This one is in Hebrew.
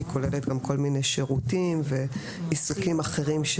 כוללת גם כל מיני שירותים ועיסוקים אחרים,